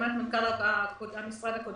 ובהסכמת מנכ"ל המשרד הקודם.